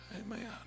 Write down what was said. Amen